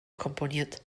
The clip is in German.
komponiert